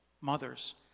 mothers